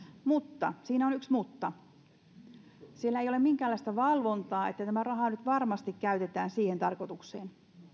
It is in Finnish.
mutta siinä on yksi mutta siellä ei ole minkäänlaista valvontaa että tämä raha nyt varmasti käytetään siihen tarkoitukseen